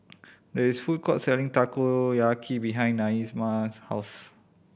there is a food court selling Takoyaki behind Naima's house